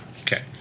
Okay